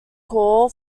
call